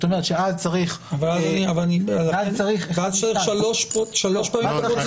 אז צריך שלוש פעמים פרוצדורה?